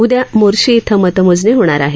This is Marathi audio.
उद्या मोर्शी इथं मतमोजणी होणार आहे